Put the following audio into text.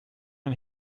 ein